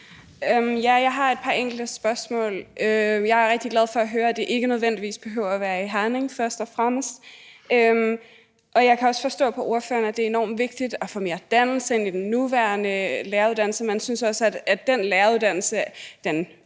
Jeg har et par enkelte spørgsmål. Først og fremmest er jeg rigtig glad for at høre, at det ikke nødvendigvis behøver at være i Herning, og jeg kan også forstå på ordføreren, at det er enormt vigtigt at få mere dannelse ind i den nuværende læreruddannelse, og man synes også, at den læreruddannelse,